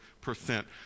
percent